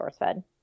SourceFed